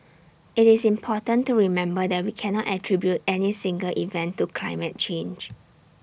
IT is important to remember that we cannot attribute any single event to climate change